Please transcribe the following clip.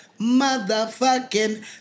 motherfucking